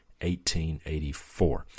1884